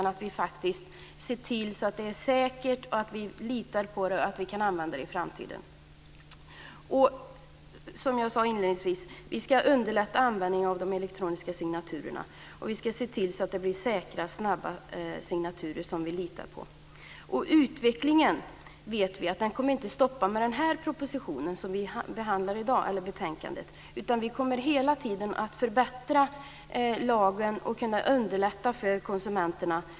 Vi måste se till att det är säkert, att vi kan lita på det och använda det i framtiden. Som jag sade inledningsvis ska vi underlätta användningen av de elektroniska signaturerna och se till så att det blir säkra, snabba signaturer som vi litar på. Utvecklingen kommer inte att ta slut med det betänkande vi behandlar i dag. Vi kommer hela tiden att förbättra lagen och kunna underlätta för konsumenterna.